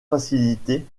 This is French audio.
facilitées